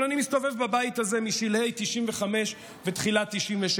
אבל אני מסתובב בבית הזה משלהי 1995 ותחילת 1996,